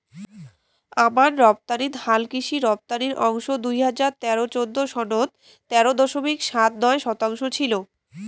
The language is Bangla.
আমান রপ্তানিত হালকৃষি রপ্তানি অংশ দুই হাজার তেরো চৌদ্দ সনত তেরো দশমিক সাত নয় শতাংশ ছিল